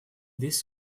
his